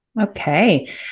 Okay